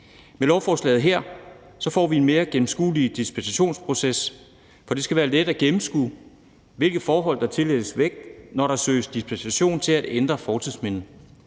Med lovforslaget her får vi en mere gennemskuelig dispensationsproces, for det skal være let at gennemskue, hvilke forhold der tillægges vægt, når der søges dispensation til at ændre et fortidsminde.